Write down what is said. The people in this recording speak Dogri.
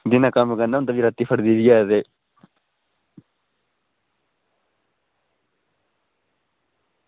दिनें कम्म करना होंदा फ्ही रातीं फटदी बी ऐ ते